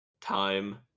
time